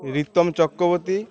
Ritam Chakraborty